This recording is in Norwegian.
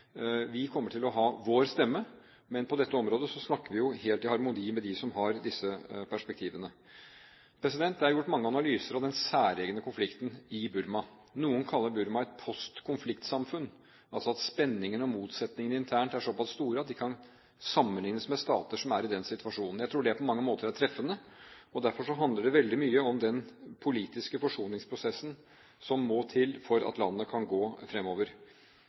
Vi kommer til å ha vår stemme, men på dette området snakker vi helt i harmoni med dem som har disse perspektivene. Det er gjort mange analyser av den særegne konflikten i Burma. Noen kaller Burma et postkonfliktsamfunn, altså at spenningene og motsetningene internt er så pass store at de kan sammenlignes med stater som er i den situasjonen. Jeg tror det på mange måter er treffende. Derfor handler det veldig mye om den politiske forsoningsprosessen som må til for at landet kan gå